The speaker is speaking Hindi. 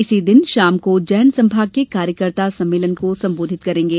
इसी दिन शाम को उज्जैन संभाग के कार्यकर्ता सम्मेलन को संबोधित करेंगे